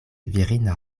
virina